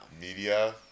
Media